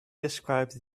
described